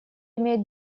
имеет